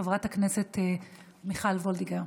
חברת הכנסת מיכל וולדיגר,